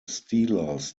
steelers